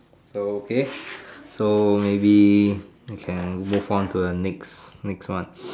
so okay so maybe can move on to the next next one